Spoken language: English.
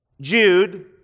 Jude